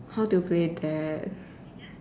how to play that